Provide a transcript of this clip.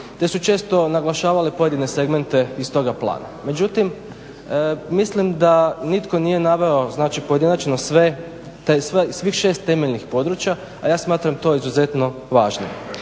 te su često naglašavale pojedine segmente iz toga plana. Međutim, mislim da nitko nije naveo, znači pojedinačno sve, tih svih šest temeljnih područja a ja smatram to izuzetno važnim.